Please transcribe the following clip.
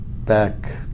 Back